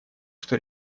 что